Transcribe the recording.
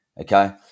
Okay